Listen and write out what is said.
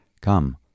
Come